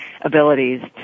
abilities